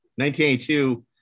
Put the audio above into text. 1982